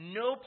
no